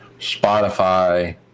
Spotify